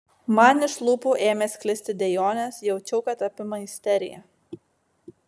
man iš lūpų ėmė sklisti dejonės jaučiau kad apima isterija